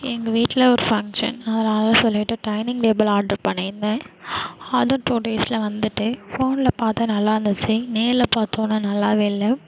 எங்கள் வீட்டில் ஒரு ஃபங்க்ஷன் அதனால் சொல்லிவிட்டு டைனிங் டேபிள் ஆர்ட்ரு பண்ணியிருந்தேன் அது டூ டேஸில் வந்துட்டு ஃபோனில் பார்த்தேன் நல்லா இருந்துச்சு நேரில் பார்த்தோம் ஆனால் நல்லாவே இல்லை